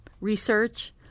research